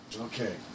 Okay